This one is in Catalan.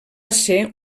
ser